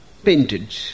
painted